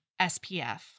SPF